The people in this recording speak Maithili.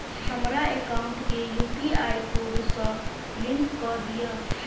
हमरा एकाउंट केँ यु.पी.आई कोड सअ लिंक कऽ दिऽ?